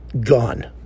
Gone